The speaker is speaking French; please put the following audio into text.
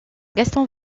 gaston